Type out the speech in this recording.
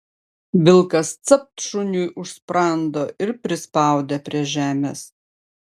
vilkas capt šuniui už sprando ir prispaudė prie žemės